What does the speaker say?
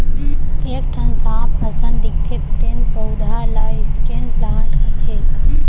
एक ठन सांप असन दिखथे तेन पउधा ल स्नेक प्लांट कथें